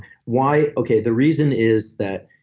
why? okay, the reason is that